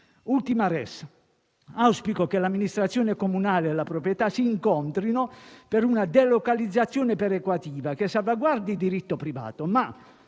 Ultima *res*: auspico che l'amministrazione comunale e la proprietà si incontrino per una delocalizzazione perequativa che salvaguardi il diritto privato, ma